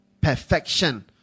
Perfection